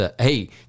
Hey